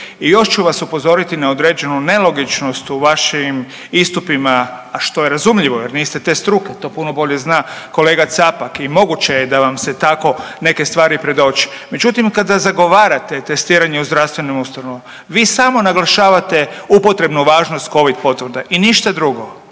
I još ću vas upozoriti na određenu nelogičnost u vašim istupima, a što je razumljivo jer niste te struke, to puno bolje zna kolega Capak i moguće da vam se tako neke stvari i predoči. Međutim, kada zagovarate testiranje u zdravstvenim ustanovama vi samo naglašavate upotrebnu važnost Covid potvrda i ništa drugo.